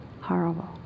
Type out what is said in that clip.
Horrible